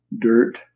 dirt